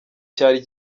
cyari